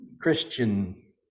Christian